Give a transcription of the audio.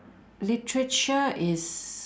literature is